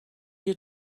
you